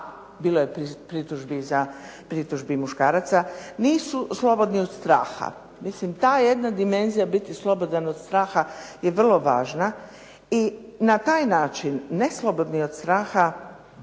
bilo je pritužbi muškaraca, nisu slobodni od straha. Mislim ta jedna dimenzija biti slobodan od straha je vrlo važna i na taj način neslobodni od straha